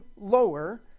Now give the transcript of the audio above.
lower